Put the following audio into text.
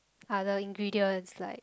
other ingredients like